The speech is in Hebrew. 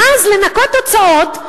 ואז לנכות הוצאות,